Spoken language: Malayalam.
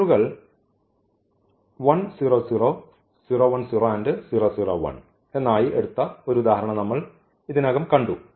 വെക്റ്ററുകൾ ആയി എടുത്ത ഒരു ഉദാഹരണം നമ്മൾ ഇതിനകം കണ്ടു